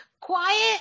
quiet